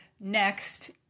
next